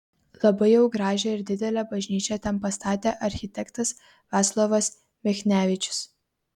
labai jau gražią ir didelę bažnyčią ten pastatė architektas vaclovas michnevičius